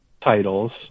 titles